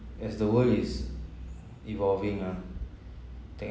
as the world is evolving ah